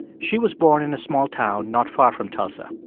she was born in a small town not far from tulsa.